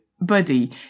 Buddy